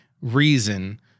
reason